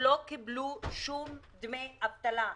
שלא קיבלו שום דמי אבטלה.